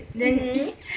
mmhmm